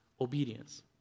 obedience